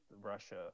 Russia